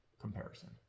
comparison